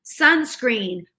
sunscreen